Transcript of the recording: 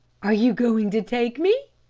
are you going to take me?